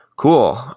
Cool